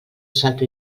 salto